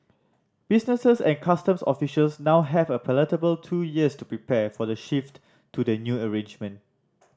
businesses and customs officials now have a palatable two years to prepare for the shift to the new arrangement